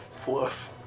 plus